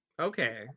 Okay